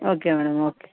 okay madam okay